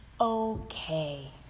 okay